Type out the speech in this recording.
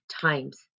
times